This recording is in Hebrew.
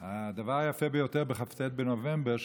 הדבר היפה ביותר בכ"ט בנובמבר,